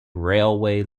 railway